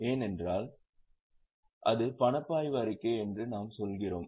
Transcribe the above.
ஏனென்றால் அது பணப்பாய்வு அறிக்கை என்று நாங்கள் சொல்கிறோம்